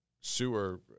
sewer